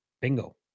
Bingo